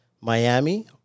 Miami